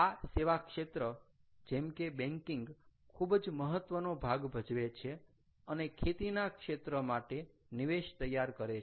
તો આ સેવા ક્ષેત્ર જેમ કે બેન્કિંગ ખૂબ જ મહત્વનો ભાગ ભજવે છે અને ખેતીના ક્ષેત્ર માટે નિવેશ તૈયાર કરે છે